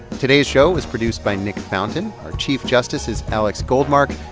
today's show was produced by nick fountain. our chief justice is alex goldmark.